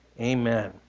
Amen